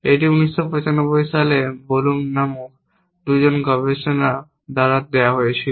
এটি 1995 সালে ব্লুম নামক দুজন গবেষক দ্বারা দেওয়া হয়েছিল